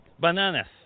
Bananas